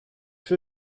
für